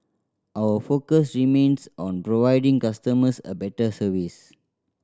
our focus remains on providing customers a better service